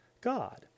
God